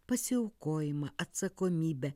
pasiaukojimą atsakomybę